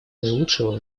наилучшего